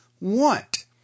want